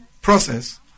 Process